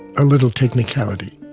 a little technicality.